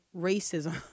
racism